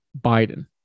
Biden